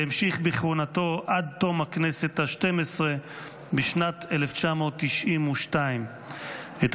והמשיך בכהונתו עד תום הכנסת ה-12 בשנת 1992. את